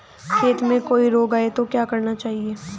खेत में कोई रोग आये तो क्या करना चाहिए?